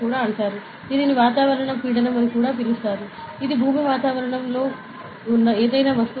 మేము బేరోమీటర్గా ఉపయోగించటానికి మేము ఇంతకుముందు చర్చించిన BMP 180 ను ఎలా ఉపయోగించబోతున్నామో చూడబోతున్నాం